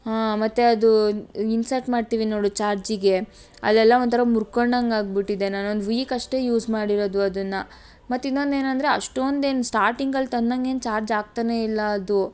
ಹಾಂ ಮತ್ತು ಅದೂ ಇನ್ಸರ್ಟ್ ಮಾಡ್ತೀವಿ ನೋಡು ಚಾರ್ಜಿಗೆ ಅಲ್ಲೆಲ್ಲ ಒಂಥರ ಮುರ್ಕೊಂಡಂಗೆ ಆಗ್ಬಿಟ್ಟಿದೆ ನಾನು ಒಂದು ವೀಕ್ ಅಷ್ಟೆ ಯೂಸ್ ಮಾಡಿರೋದು ಅದನ್ನು ಮತ್ತು ಇನ್ನೊಂದು ಏನಂದರೆ ಅಷ್ಟೊಂದೇನು ಸ್ಟಾರ್ಟಿಂಗಲ್ಲಿ ತಂದಂಗೇನು ಚಾರ್ಜ್ ಆಗ್ತಾನೇ ಇಲ್ಲ ಅದು